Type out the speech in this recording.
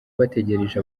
bategereje